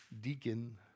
deacon